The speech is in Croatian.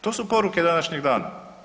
To su poruke današnjeg dana.